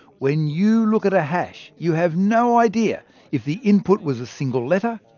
when you look at a hash, you have no idea if the input was a single letter,